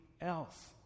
else